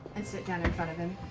and sit down in front of him.